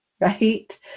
right